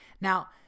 Now